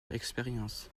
expérience